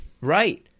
Right